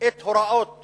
את הוראות